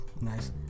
Nice